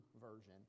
version